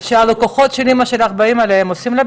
כשהלקוחות של אמא שלך באים אליה,